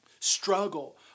struggle